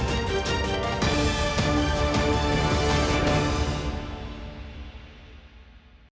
Дякую.